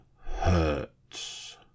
hurts